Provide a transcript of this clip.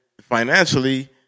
financially